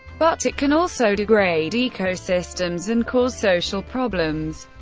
but it can also degrade ecosystems and cause social problems.